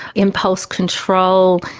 impulse control,